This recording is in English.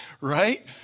Right